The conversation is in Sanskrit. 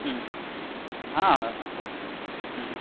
ह्म् ह्म् हा ह्म् ह्म्